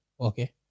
Okay